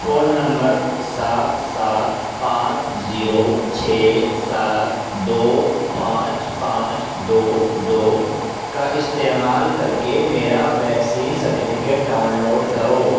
phone number سات سات پانچ زیرو چھ سات دو پانچ پانچ دو دو کا استعمال کر کے میرا ویکسین سرٹیفکیٹ ڈاؤنلوڈ کرو